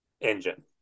engine